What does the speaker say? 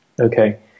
Okay